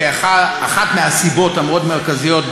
שאחת מהסיבות המאוד-מרכזיות,